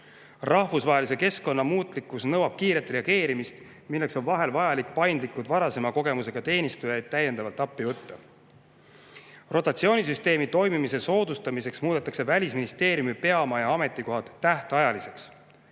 Rahvusvahelise keskkonna muutlikkus nõuab kiiret reageerimist, milleks on vahel vajalik paindlikult varasema kogemusega teenistujaid täiendavalt appi võtta. Rotatsioonisüsteemi toimimise soodustamiseks muudetakse Välisministeeriumi peamaja ametikohad tähtajaliseks.